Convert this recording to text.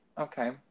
Okay